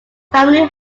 family